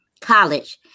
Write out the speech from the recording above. college